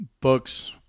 Books